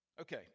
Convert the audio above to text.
Okay